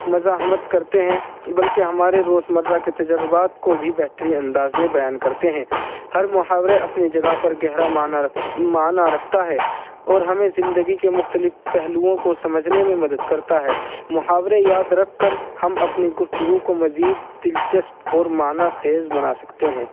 مزاحمت کرتے ہیں بلکہ ہمارے روزمرہ کے تجربات کو بھی بہتری انداز میں بیان کرتے ہیں ہر محاورے اپنی جگہ پر گہرا معنیٰ معنیٰ رکھتا ہے اور ہمیں زندگی کے مختلف پہلوؤں کو سمجھنے میں مدد کرتا ہے محاورے یاد رکھ کر ہم اپنی گفتگو کو مزید دلچسپ اور معنیٰ خیز بنا سکتے ہیں